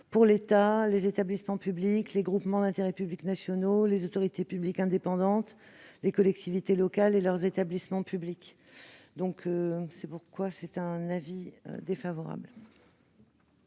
pour l'État, les établissements publics, les groupements d'intérêt public nationaux, les autorités publiques indépendantes, les collectivités locales et leurs établissements publics. Je mets aux voix